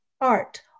art